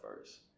first